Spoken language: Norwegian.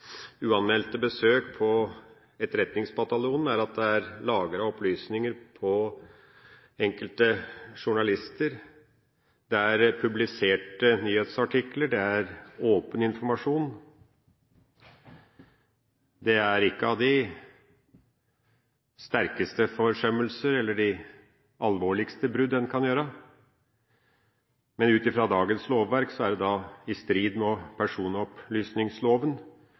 uanmeldte besøk hos Etterretningsbataljonen, er at det er lagret opplysninger om enkelte journalister. Det er publiserte nyhetsartikler, det er åpen informasjon. Det er ikke av de sterkeste forsømmelser eller de alvorligste brudd en kan gjøre, men ut fra dagens lovverk er det i strid med personopplysningsloven